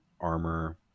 armor